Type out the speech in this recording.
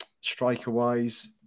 Striker-wise